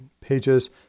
pages